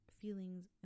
feelings